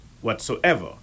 whatsoever